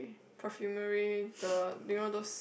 perfumery the you know those